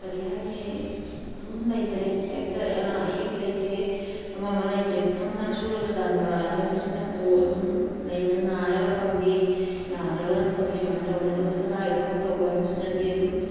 ꯀꯔꯤ ꯍꯥꯏꯅꯤ ꯑꯗꯨꯝ ꯂꯩꯇꯔꯦ ꯀꯔꯤꯝꯇ ꯑꯅꯥ ꯑꯌꯦꯛ ꯂꯩꯇꯔꯦ ꯑꯃ ꯑꯃ ꯂꯩꯇꯔꯦ ꯃꯁꯥ ꯃꯁꯥꯅ ꯁꯨꯔꯒ ꯆꯥꯕ ꯍꯥꯏꯕꯁꯤꯅꯕꯨ ꯑꯗꯨꯝ ꯂꯩꯗꯅ ꯅꯥꯔꯒ ꯐꯪꯗꯦ ꯅꯥꯗ꯭ꯔꯒꯅ ꯐꯪꯏ ꯁꯨꯃꯥꯏꯅ ꯇꯧꯕꯅꯤ ꯑꯗꯨꯒ ꯁ꯭ꯔꯀꯥꯔꯒꯤ ꯊꯕꯛ ꯇꯧꯕ ꯍꯥꯏꯕꯁꯤꯅꯗꯤ ꯑꯗꯨꯝ